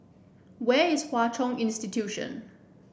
where is Hwa Chong Institution